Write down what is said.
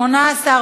התשע"ג 2013,